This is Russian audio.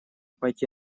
пойти